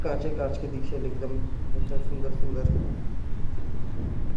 वहा मरुस्थल भी हवे।